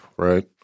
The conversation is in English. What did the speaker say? Right